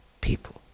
people